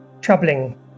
troubling